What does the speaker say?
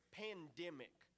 pandemic